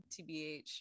tbh